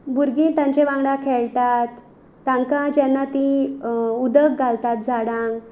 भुरगीं तांचे वांगडा खेळटात तांकां जेन्ना तीं उदक घालतात झाडांक